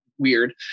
weird